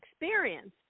Experience